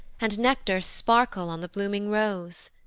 and nectar sparkle on the blooming rose.